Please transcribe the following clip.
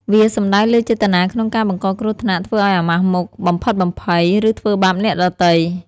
វាសំដៅលើចេតនាក្នុងការបង្កគ្រោះថ្នាក់ ធ្វើឲ្យអាម៉ាស់មុខ បំភិតបំភ័យ ឬធ្វើបាបអ្នកដទៃ។